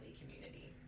community